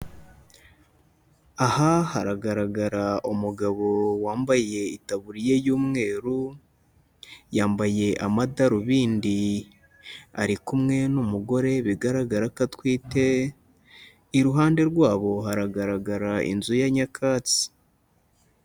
Aha haragaragara umugabo wambaye itaburiya y'umweru, yambaye amadarubindi, ari kumwe n'umugore bigaragara ko atwite, iruhande rwabo haragaragara inzu ya nyakatsi.